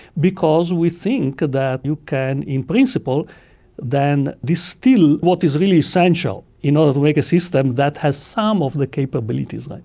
because we think that you can in principle then distil what is really essential in order to make a system that has some of the capabilities. like